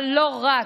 אבל לא רק,